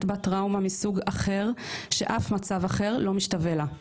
בה טראומה מסוג אחר שאף מצב אחר לא משתווה לה.